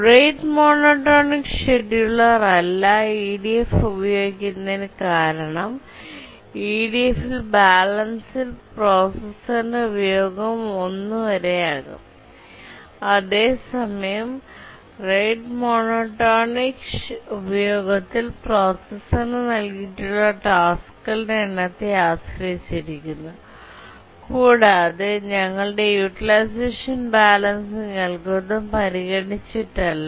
rate monotonic ഷെഡ്യൂളറല്ല EDF ഉപയോഗിക്കുന്നതിന് കാരണം ഇഡിഎഫിൽ ബാലൻസിൽ പ്രോസസറിന്റെ ഉപയോഗം 1 വരെ ആകാം അതേസമയം റേറ്റ് മോണോടോണിക് ഉപയോഗത്തിൽ പ്രോസസറിന് നൽകിയിട്ടുള്ള ടാസ്ക്കുകളുടെ എണ്ണത്തെ ആശ്രയിച്ചിരിക്കുന്നു കൂടാതെ ഞങ്ങളുടെ യൂട്ടിലൈസേഷൻ ബാലൻസിംഗ് അൽഗോരിതം പരിഗണിച്ചിട്ടില്ല